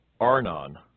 Arnon